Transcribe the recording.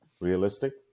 realistic